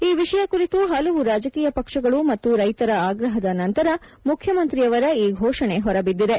ಈ ವಿಷಯ ಕುರಿತು ಹಲವು ರಾಜಕೀಯ ಪಕ್ಷಗಳು ಮತ್ತು ರೈತರ ಆಗ್ರಹದ ನಂತರ ಮುಖ್ಯಮಂತ್ರಿಯವರ ಈ ಘೋಷಣೆ ಹೊರಬಿದ್ದಿದೆ